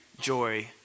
joy